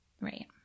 Right